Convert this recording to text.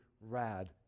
rad